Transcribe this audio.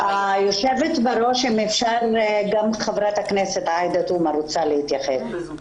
היושבת ראש, גם אני רוצה להתייחס.